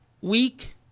week